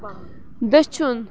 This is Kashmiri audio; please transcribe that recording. دٔچھُن